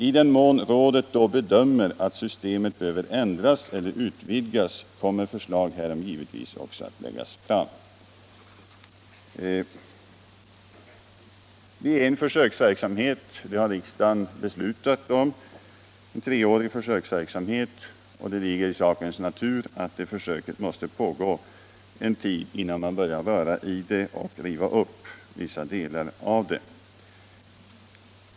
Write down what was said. I den mån rådet då bedömer att systemet behöver ändras eller utvidgas kommer förslag härom givetvis också att läggas fram. Riksdagen har beslutat att det skall vara en treårig försöksverksamhet, och det ligger i sakens natur att försöket måste pågå en tid innan man börjar röra i detta och riva upp vissa delar av det.